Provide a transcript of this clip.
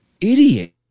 idiot